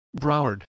Broward